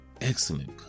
excellent